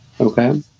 Okay